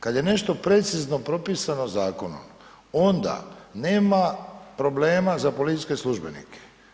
Kad je nešto precizno propisano zakonom onda nema problema za policijske službenike.